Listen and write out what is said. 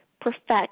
perfect